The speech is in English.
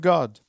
God